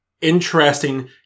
interesting